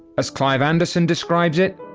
as clive anderson describes it,